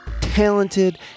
talented